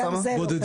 שגם זה לא קיים.